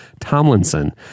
Tomlinson